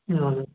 ए हजुर